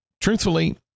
truthfully